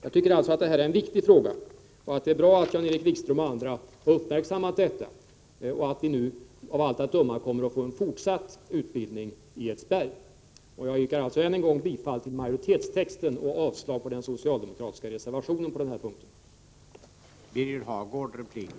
Enligt min mening är det här en viktig fråga, och jag anser att det är bra att Jan-Erik Wikström och de andra motionärerna har uppmärksammat den samt att vi nu av allt att döma kommer att få en fortsatt utbildning i Edsberg. Alltså yrkar jag än en gång bifall till majoritetstexten och avslag på den socialdemokratiska reservationen på denna punkt.